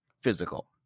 physical